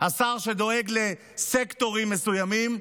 השר שדואג לסקטורים מסוימים,